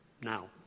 now